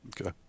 Okay